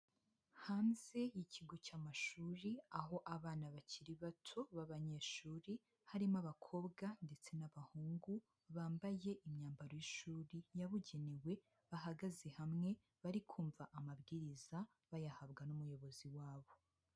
Hanze y'ikigo cy'amashuri aho abana bakiri bato b'abanyeshuri, harimo abakobwa ndetse n'abahungu bambaye imyambaro y'ishuri yabugenewe bahagaze hamwe bari kumva amabwiriza bayahabwa n'umuyobozi wabo.